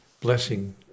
Blessing